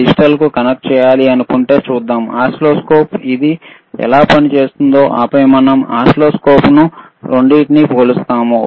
digital oscilloscope కు connect చేయాలనుకుంటే ఇది ఎలా పనిచేస్తుందో చూద్దాం ఆపై మనం ఓసిల్లోస్కోప్లను రెండింటినీ పోలుస్తాము